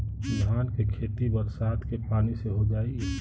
धान के खेती बरसात के पानी से हो जाई?